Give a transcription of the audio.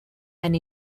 and